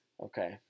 Okay